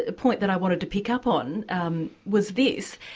ah point that i wanted to pick up on um was this,